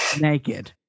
naked